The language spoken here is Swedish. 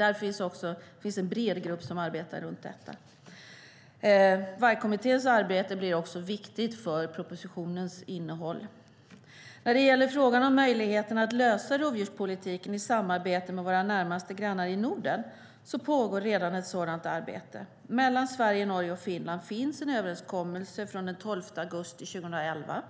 Här finns en bred grupp som arbetar med detta. Vargkommitténs arbete blir också viktigt för propositionens innehåll. När det gäller frågan om möjligheten att lösa rovdjurspolitiken i samarbete med våra närmaste grannar i Norden pågår redan ett sådant arbete. Mellan Sverige, Norge och Finland finns en överenskommelse från den 12 augusti 2011